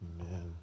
Amen